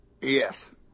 Yes